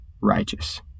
righteous